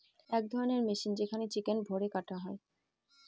এক ধরণের মেশিন যেখানে চিকেন ভোরে কাটা হয়